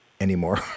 anymore